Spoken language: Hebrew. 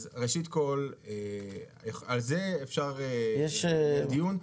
אז ראשית כל, על זה אפשר לנהל דיון.